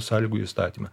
sąlygų įstatyme